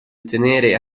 ottenere